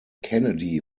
kennedy